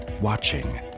watching